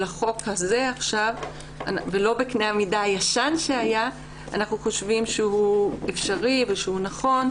של החוק הזה עכשיו ולא בקנה המידה הישן זה אפשרי ונכון.